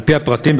על-פי הפרטים,